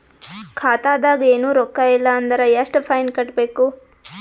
ಖಾತಾದಾಗ ಏನು ರೊಕ್ಕ ಇಲ್ಲ ಅಂದರ ಎಷ್ಟ ಫೈನ್ ಕಟ್ಟಬೇಕು?